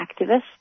activists